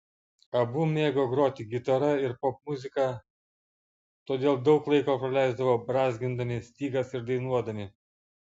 abu mėgo groti gitara ir popmuziką todėl daug laiko praleisdavo brązgindami stygas ir dainuodami